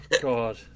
God